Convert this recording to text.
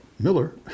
Miller